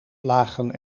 lagen